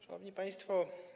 Szanowni Państwo!